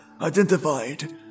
identified